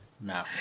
No